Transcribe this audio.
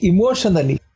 Emotionally